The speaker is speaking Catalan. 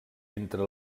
entre